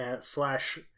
slash